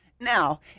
Now